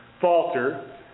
falter